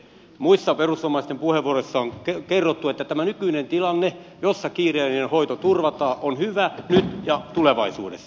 muissa perussuomalaisten puheenvuoroissa on kerrottu että tämä nykyinen tilanne jossa kiireellinen hoito turvataan on hyvä nyt ja tulevaisuudessa